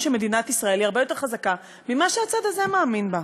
שמדינת ישראל היא הרבה יותר חזקה ממה שהצד הזה מאמין בה.